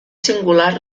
singular